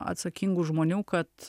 atsakingų žmonių kad